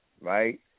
right